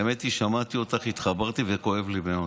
האמת היא, שמעתי אותך, התחברתי וכואב לי מאוד.